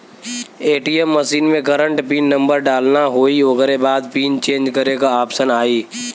ATM machine में current pin number डालना होई ओकरे बाद पिन चेंज करे क ऑप्शन आई